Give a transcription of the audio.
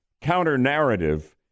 counter-narrative